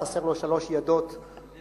חסר לו שלוש ידות בתורה.